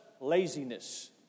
laziness